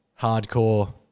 Hardcore